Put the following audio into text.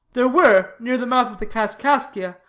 there were, near the mouth of the kaskaskia,